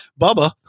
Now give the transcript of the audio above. bubba